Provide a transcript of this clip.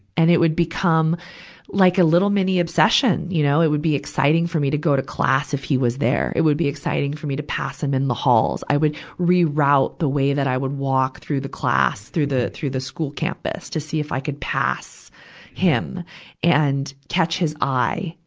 and it would become like a little mini obsession. you know, it would be exciting for me to go to class, if he was there. it would be exciting for me to pass him in the halls. i would reroute the way that i would walk through the class, through the, through the school campus to see if i could pass him and catch his eye,